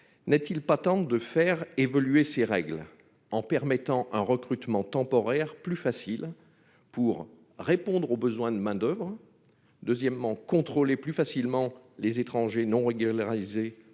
n'est-il pas temps de faire évoluer ces règles en permettant un recrutement temporaire plus facile ? Cela permettrait de répondre aux besoins de main-d'oeuvre et de contrôler plus facilement les étrangers non régularisés-